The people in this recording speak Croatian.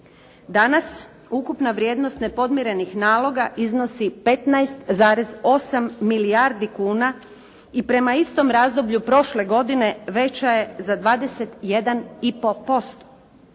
Danas ukupna vrijednost nepodmirenih naloga iznosi 15,8 milijardi kuna i prema istom razdoblju prošle godine veća je za 21,5%.